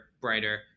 brighter